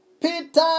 Peter